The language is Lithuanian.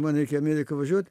man reikia ameriką važiuot